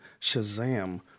Shazam